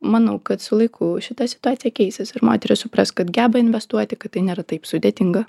manau kad su laiku šita situacija keisis ir moterys supras kad geba investuoti kad tai nėra taip sudėtinga